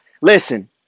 Listen